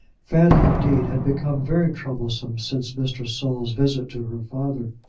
fanny, indeed, had become very troublesome since mr. saul's visit to her father.